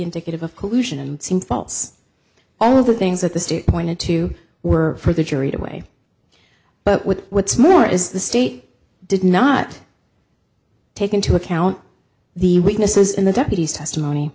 indicative of collusion and seem false all of the things that the state pointed to were for the jury to weigh but with what's more is the state did not take into account the weaknesses in the deputy's testimony